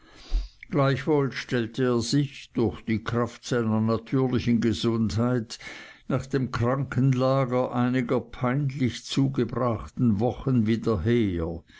gleichwohl stellte er sich durch die kraft seiner natürlichen gesundheit nach dem krankenlager einiger peinlich zugebrachten wochen wieder her